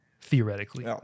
Theoretically